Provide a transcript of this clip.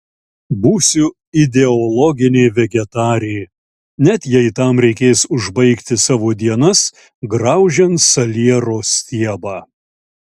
būsiu ideologinė vegetarė net jei tam reikės užbaigti savo dienas graužiant saliero stiebą